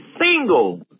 single